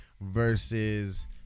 versus